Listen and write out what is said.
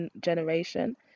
generation